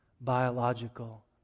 biological